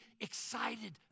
excited